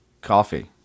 Coffee